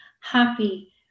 happy